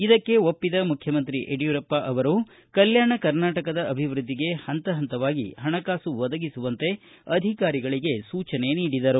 ಇದಕ್ಕೆ ಒಪ್ಪಿದ ಮುಖ್ಯಮಂತ್ರಿ ಯಡಿಯೂರಪ್ಪ ಅವರು ಕಲ್ಯಾಣ ಕರ್ನಾಟಕದ ಅಭಿವೃದ್ಧಿಗೆ ಹಂತ ಹಂತವಾಗಿ ಹಣಕಾಸು ಒದಗಿಸುವಂತೆ ಅಧಿಕಾರಿಗಳಿಗೆ ಸೂಚನೆ ನೀಡಿದರು